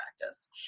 practice